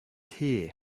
here